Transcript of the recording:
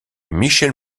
michel